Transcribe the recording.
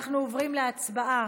אנחנו עוברים להצבעה